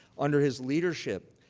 under his leadership,